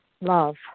love